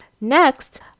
Next